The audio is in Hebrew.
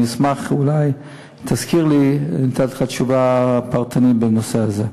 אני אשמח אם תזכיר לי לתת לך תשובה פרטנית בנושא הזה.